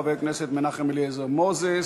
חבר הכנסת מנחס אליעזר מוזס,